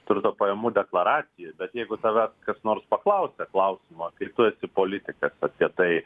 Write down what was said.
turto pajamų deklaracija bet jeigu tave kas nors paklausia klausimo kaip tu esi politikas apie tai